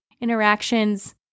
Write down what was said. interactions